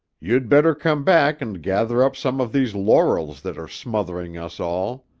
you'd better come back and gather up some of these laurels that are smothering us all.